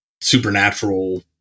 supernatural